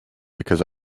because